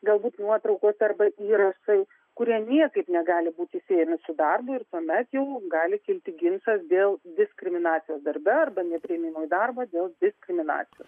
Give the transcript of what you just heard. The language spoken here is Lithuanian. galbūt nuotraukos arba įrašai kurie niekaip negali būti siejami su darbu ir tuomet jau gali kilti ginčas dėl diskriminacijos darbe arba nepriėmimo į darbą dėl diskriminacijos